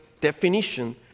definition